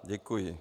Děkuji.